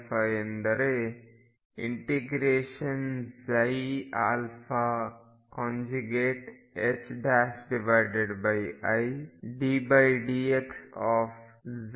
pαα ಎಂದರೆ ∫iddx dx